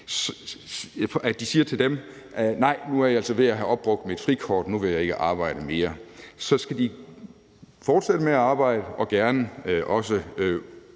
SuperBrugs: Nej, nu er jeg altså ved at have opbrugt mit frikort, så nu vil jeg ikke arbejde mere. Så skal de fortsætte med arbejde og også